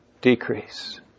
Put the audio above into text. decrease